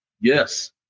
Yes